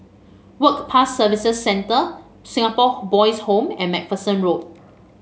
Work Pass Service Centre Singapore Boys' Home and MacPherson Road